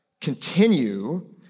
continue